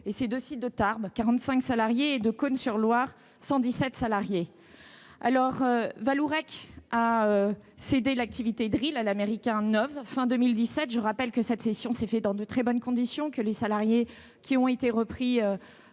et ses deux sites de Tarbes- 45 salariés -et de Cosne-sur-Loire- 117 salariés. Vallourec a cédé l'activité Drillà l'Américain NOV fin 2017 ; je rappelle que cette cession s'est faite dans de très bonnes conditions et que les salariés repris